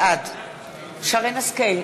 בעד שרן השכל,